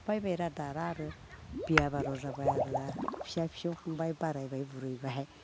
फायबाय रा दारा आरो बिया आरि जाबाय आर' ना फिसा फिसौ खांबाय बारायबाय बुरैबाय